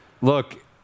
Look